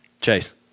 Chase